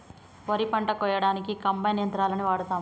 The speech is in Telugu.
వరి పంట కోయడానికి కంబైన్ యంత్రాలని వాడతాం